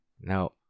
Now